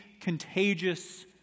contagious